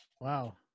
Wow